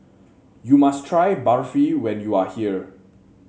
you must try Barfi when you are here